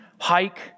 hike